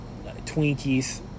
Twinkies